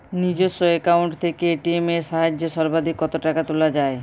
নিজস্ব অ্যাকাউন্ট থেকে এ.টি.এম এর সাহায্যে সর্বাধিক কতো টাকা তোলা যায়?